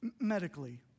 medically